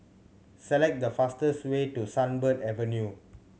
select the fastest way to Sunbird Avenue